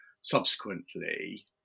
subsequently